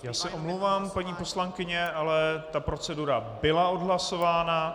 Já se omlouvám, paní poslankyně, ale procedura byla odhlasována.